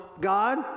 God